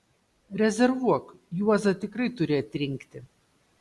rezervuok juozą tikrai turi atrinkti